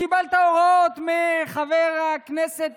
קיבלת הוראות, מחבר הכנסת